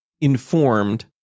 informed